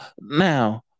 now